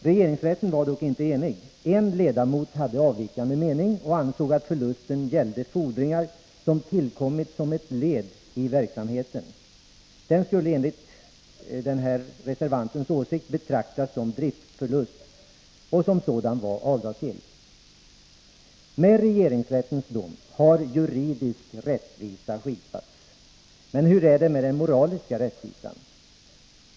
Regeringsrätten var delägare i dock inte enig, utan en ledamot hade avvikande mening och ansåg att Vänerskog förlusten gällde fordringar som tillkommit som ett led i verksamheten. Enligt reservantens mening skulle man betrakta detta som en driftsförlust, vilken som sådan var avdragsgill. Med regeringsrättens dom har juridisk rättvisa skipats, men hur är det med den moraliska rättvisan?